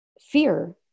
fear